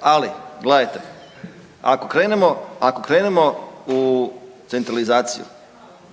Ali gledajte ako krenemo u centralizaciju